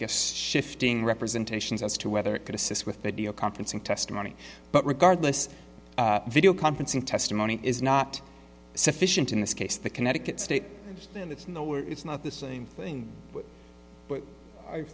guess shifting representations as to whether it could assist with video conferencing testimony but regardless video conferencing testimony is not sufficient in this case the connecticut state and it's no where it's not the same thing but i